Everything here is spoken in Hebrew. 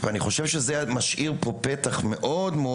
אני חושב שזה משאיר פה פתח מאוד מאוד